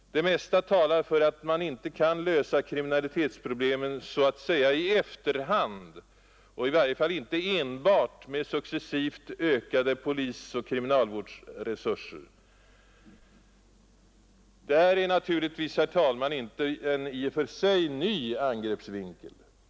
Det mesta talar för att man inte kan lösa kriminalitetsproblemen så att säga i efterhand och i varje fall inte enbart med successivt ökade polisoch kriminalvårdsresurser. Detta är naturligtvis, herr talman, inte en i och för sig ny angreppsvinkel.